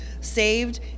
saved